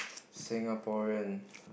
Singaporean